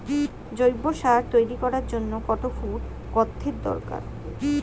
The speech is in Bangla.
জৈব সার তৈরি করার জন্য কত ফুট গর্তের দরকার?